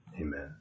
Amen